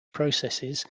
processes